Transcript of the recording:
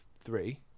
three